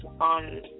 on